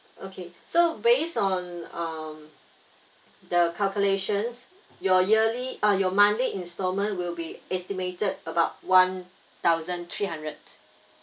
okay so based on um the calculations your yearly uh your monthly instalment will be estimated about one thousand three hundred